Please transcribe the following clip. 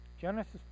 Genesis